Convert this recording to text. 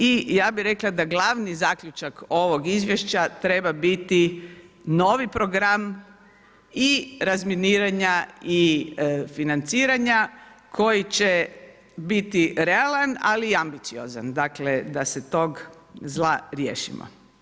I ja bih rekla da glavni zaključak ovog izvješća treba biti novi program i razminiranja i financiranja koji će biti realan ali i ambiciozan dakle da se tog zla riješimo.